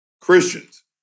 Christians